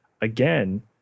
again